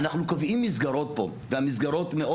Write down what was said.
אנחנו קובעים מסגרות פה והמסגרות מאוד